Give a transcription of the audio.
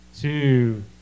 two